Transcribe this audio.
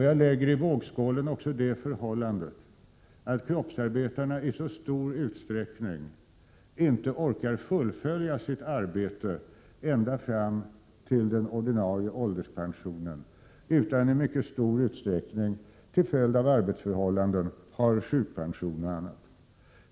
Jag lägger i vågskålen också det förhållandet att kroppsarbe 35 tarna i mycket stor utsträckning inte orkar fullfölja sitt arbete ända fram till den ordinarie ålderspensionen utan i mycket stor omfattning — till följd av arbetsförhållandena — har sjukpension som sin inkomst.